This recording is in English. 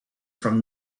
from